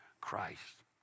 Christ